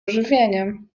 ożywieniem